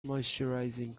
moisturising